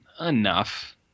enough